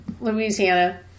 Louisiana